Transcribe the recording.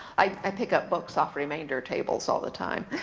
i pick up books off remainder tables all the time,